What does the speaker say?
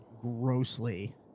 Grossly